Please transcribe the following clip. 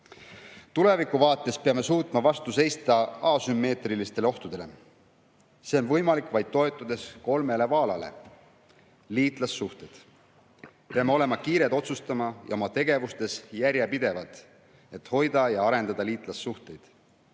Tuleviku vaates peame suutma vastu seista asümmeetriliste ohtudele. See on võimalik vaid toetudes kolmele vaalale. Liitlassuhted. Peame olema kiired otsustama ja tegevustes järjepidevad, et hoida ja arendada liitlassuhteid,